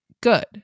good